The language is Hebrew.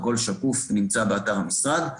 הכל שקוף ונמצא באתר המשרד.